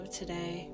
today